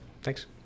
Thanks